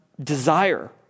desire